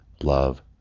love